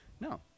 no